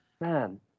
man